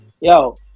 yo